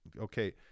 okay